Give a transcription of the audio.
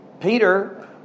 Peter